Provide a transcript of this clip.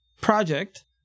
project